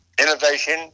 Innovation